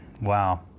Wow